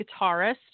guitarist